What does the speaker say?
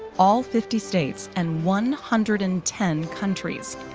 all fifty states and one hundred and ten countries.